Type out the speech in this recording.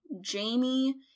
Jamie